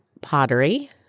pottery